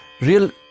real